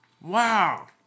Wow